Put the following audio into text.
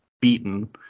beaten